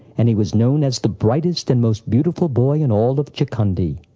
and he was known as the brightest and most beautiful boy in all of chakhandi.